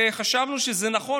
וחשבנו שזה נכון.